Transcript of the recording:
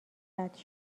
قطع